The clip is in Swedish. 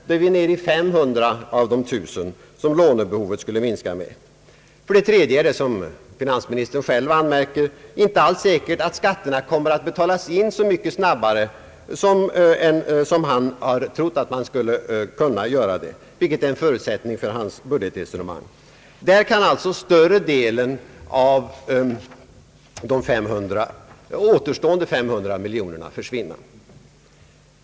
Då är vi nere i 500 miljoner i stället för de 1000 som lånebehovet skulle minska med. För det tredje är det, som finansministern själv anmärker, inte alls säkert att skatterna kommer att betalas in så mycket snabbare som han räknat med, vilket är en förutsättning för hans budgetresonemang. Där kan alltså större delen av de återstående 500 miljonerna försvinna.